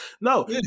No